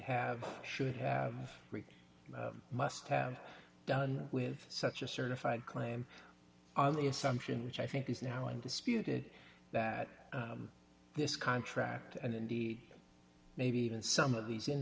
have should have read must have done with such a certified claim on the assumption which i think is now in disputed that this contract and indeed maybe even some of these